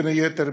בין היתר,